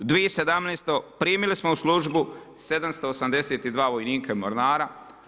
U 2017. primili smo u službu 782 vojnika mornara.